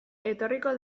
etorriko